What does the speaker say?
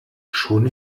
schon